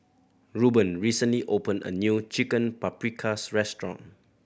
Ruben recently opened a new Chicken Paprikas Restaurant